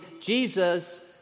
Jesus